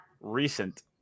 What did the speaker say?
recent